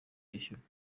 yishyurwa